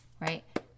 Right